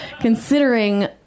considering